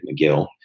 McGill